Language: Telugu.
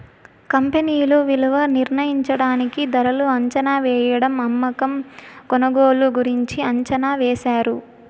కంపెనీ విలువ నిర్ణయించడానికి ధరలు అంచనావేయడం అమ్మకం కొనుగోలు గురించి అంచనా వేశారు